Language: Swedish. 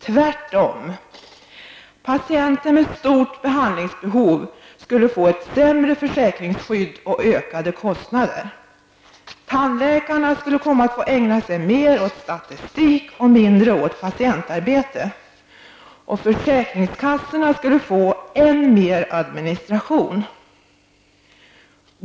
Tvärtom, patienter med stort behandlingsbehov skulle få ett sämre försäkringsskydd och ökade kostnader. Tandläkarna skulle komma att få ägna sig mera åt statistik och mindre åt patientarbete. Och försäkringskassorna skulle få än mer administration.